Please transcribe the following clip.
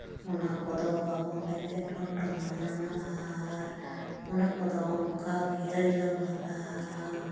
ᱚᱱᱟ ᱠᱚᱫᱚ ᱵᱟᱵᱚᱱ ᱞᱮᱵᱮᱫ ᱞᱚᱴᱚᱢᱟ ᱟᱨ ᱚᱱᱟ ᱠᱚᱫᱚ ᱚᱱᱠᱟᱜᱮ ᱨᱤᱞᱟᱹᱢᱟᱞᱟ